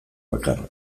bakarra